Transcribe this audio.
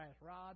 rod